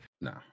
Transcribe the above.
No